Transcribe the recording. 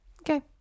Okay